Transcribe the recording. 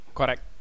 Correct